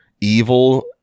evil